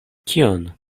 kion